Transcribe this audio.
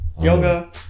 Yoga